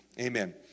amen